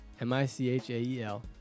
M-I-C-H-A-E-L